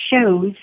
shows